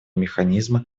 механизма